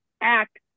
act